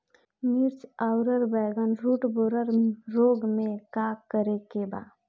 मिर्च आउर बैगन रुटबोरर रोग में का करे के बा?